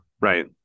right